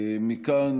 מכאן,